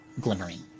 glimmering